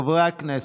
חברי הכנסת,